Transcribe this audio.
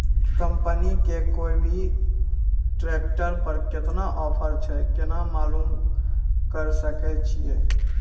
Company के कोय भी ट्रेक्टर पर केतना ऑफर छै केना मालूम करऽ सके छियै?